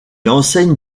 enseigne